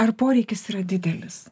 ar poreikis yra didelis